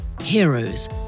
Heroes